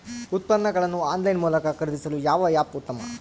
ಉತ್ಪನ್ನಗಳನ್ನು ಆನ್ಲೈನ್ ಮೂಲಕ ಖರೇದಿಸಲು ಯಾವ ಆ್ಯಪ್ ಉತ್ತಮ?